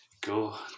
go